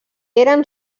eren